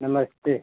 नमस्ते